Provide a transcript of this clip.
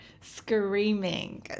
screaming